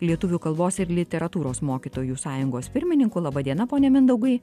lietuvių kalbos ir literatūros mokytojų sąjungos pirmininku laba diena pone mindaugai